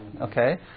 Okay